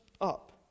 up